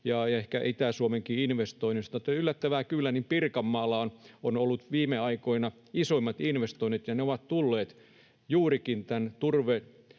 ja ehkä Itä-Suomenkin investoinneista, mutta yllättävää kyllä Pirkanmaalla on ollut viime aikoina isoimmat investoinnit, ja ne ovat tulleet juurikin kasvuturpeen